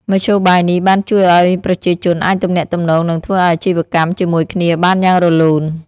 មធ្យោបាយនេះបានជួយឱ្យប្រជាជនអាចទំនាក់ទំនងនិងធ្វើអាជីវកម្មជាមួយគ្នាបានយ៉ាងរលូន។